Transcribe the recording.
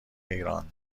ایران